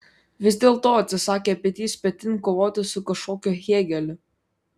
vis dėlto atsisakė petys petin kovoti su kažkokiu hėgeliu